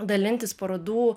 dalintis parodų